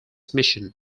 mission